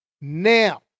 Now